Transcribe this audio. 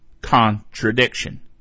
contradiction